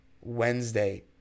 Wednesday